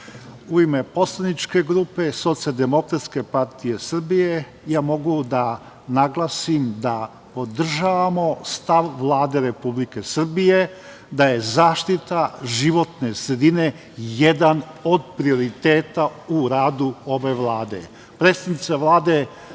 u ime poslaničke grupe SDPS ja mogu da naglasim da podržavamo stav Vlade Republike Srbije, da je zaštita životne sredine jedan od prioriteta u radu ove Vlade. Predsednica Vlade